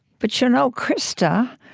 but, you know, krista,